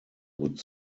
would